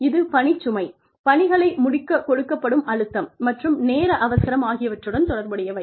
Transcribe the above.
இது பணிச்சுமை பணிகளை முடிக்கக் கொடுக்கப்படும் அழுத்தம் மற்றும் நேர அவசரம் ஆகியவற்றுடன் தொடர்புடையவை